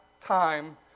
time